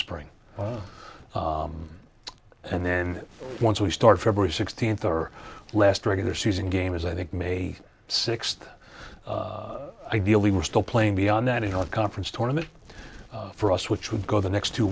spring and then once we start february sixteenth or last regular season game as i think may sixth ideally we're still playing beyond that in the conference tournament for us which would go the next two